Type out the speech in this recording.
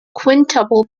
quintuple